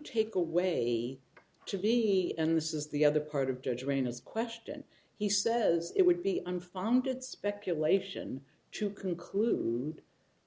take a way to be and this is the other part of judge ranges question he says it would be unfounded speculation to conclude